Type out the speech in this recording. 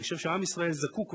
אני חושב שעם ישראל זקוק,